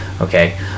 Okay